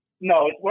No